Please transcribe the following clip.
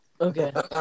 Okay